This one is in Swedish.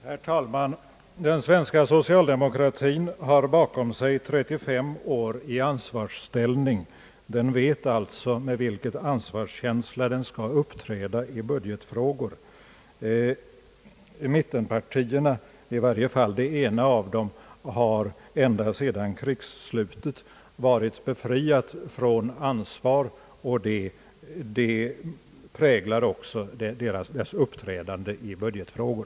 Herr talman! Den svenska socialdemokratin har bakom sig 35 år i ansvarsställning. Den vet alltså med vilken ansvarskänsla den skall uppträda i budgetfrågor. Mittenpartierna, i varje fall det ena av dem, har ända sedan krigsslutet varit befriat från ansvar, och det präglar också deras uppträdande i budgetfrågor.